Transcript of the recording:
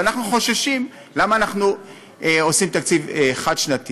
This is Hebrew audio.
ואנחנו חוששים, למה אנחנו עושים תקציב חד-שנתי?